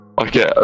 okay